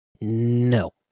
no